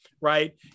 right